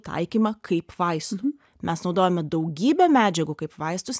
taikymą kaip vaistų mes naudojame daugybę medžiagų kaip vaistus